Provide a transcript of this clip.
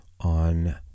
on